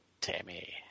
Tammy